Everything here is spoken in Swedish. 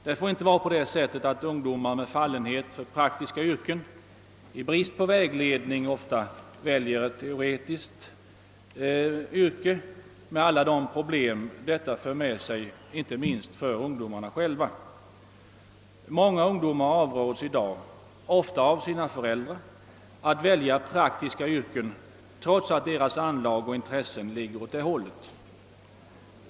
Det får inte vara på det sättet, att ungdomar med fallenhet för praktiska yrken i brist på vägledning väljer ett teoretiskt yrke med alla de problem detta för med sig, inte minst för ungdomarna själva. Många ungdomar avråds i dag — ofta av sina föräldrar — att välja praktiska yrken trots att deras anlag och intressen ligger åt det hållet.